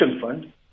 fund